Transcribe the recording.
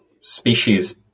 species